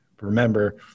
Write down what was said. remember